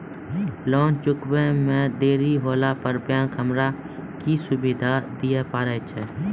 Loan चुकब इ मे देरी होला पर बैंक हमरा की सुविधा दिये पारे छै?